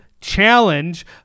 challenge